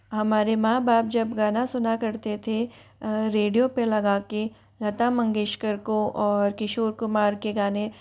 हमारे माँ बाप जब गाना सुना करते थे रेडियो पे लगा के लता मंगेशकर को और किशोर कुमार के गाने